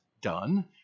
done